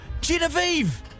Genevieve